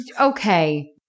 Okay